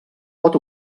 pot